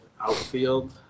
outfield